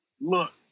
Look